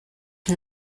ihm